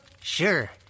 Sure